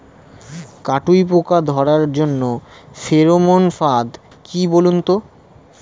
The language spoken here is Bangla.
কাটুই পোকা ধরার জন্য ফেরোমন ফাদ কি বলুন তো?